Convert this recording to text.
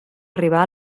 arribar